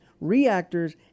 reactors